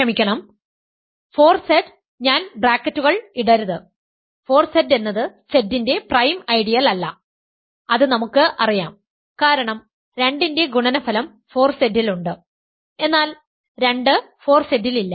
ക്ഷമിക്കണം 4Z ഞാൻ ബ്രാക്കറ്റുകൾ ഇടരുത് 4Z എന്നത് Z ന്റെ പ്രൈം ഐഡിയൽ അല്ല അത് നമുക്ക് അറിയാം കാരണം 2 ന്റെ ഗുണനഫലം 4Z ൽ ഉണ്ട് എന്നാൽ 2 4Z ൽ ഇല്ല